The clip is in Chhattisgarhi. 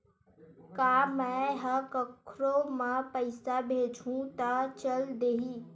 का मै ह कोखरो म पईसा भेजहु त चल देही?